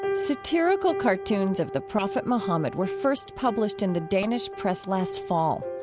satirical cartoons of the prophet muhammad were first published in the danish press last fall.